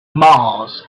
mars